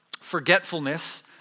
Forgetfulness